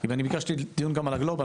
אני ביקשתי דיון גם על הגלובאל,